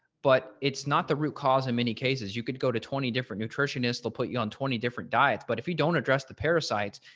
but it's not the root cause in many cases, you could go to twenty different nutritionist, they'll put you on twenty different diets, but if you don't address the parasites,